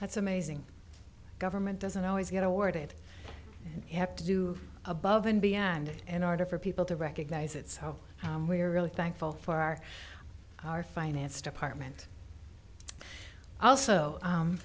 that's amazing government doesn't always get awarded you have to do above and beyond in order for people to recognize it's how we are really thankful for our our finance department also